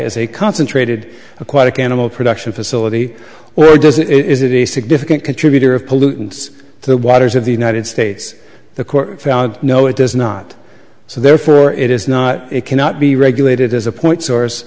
a concentrated aquatic animal production facility or does it is it a significant contributor of pollutants the waters of the united states the court found no it does not so therefore it is not it cannot be regulated as a point source